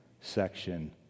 section